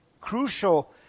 crucial